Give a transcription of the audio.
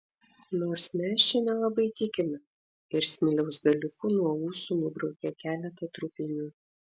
nors mes čia nelabai tikime ir smiliaus galiuku nuo ūsų nubraukė keletą trupinių